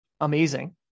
amazing